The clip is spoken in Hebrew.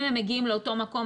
אם הם מגיעים לאותו מקום,